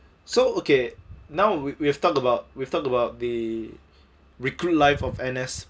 so okay now we we have talked about we've talked about the recruit life of N_S